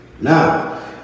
Now